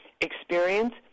experience